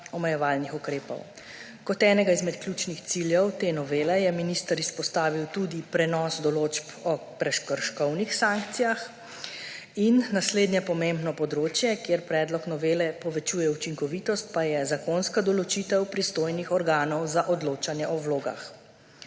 omejevalnih ukrepov. Kot enega izmed ključnih ciljev te novele je minister izpostavil tudi prenos določb o prekrškovnih sankcijah. Naslednje pomembno področje, kjer predlog novele povečuje učinkovitost, pa je zakonska določitev pristojnih organov za odločanje o vlogah.